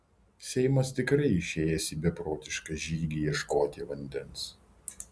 semas tikrai išėjęs į beprotišką žygį ieškoti vandens